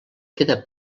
queda